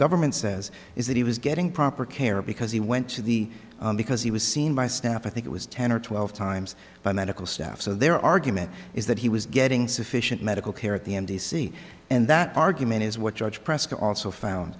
government says is that he was getting proper care because he went to the because he was seen by staff i think it was ten or twelve times by medical staff so their argument is that he was getting sufficient medical care at the m d c and that argument is what judge prescott also found